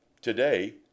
Today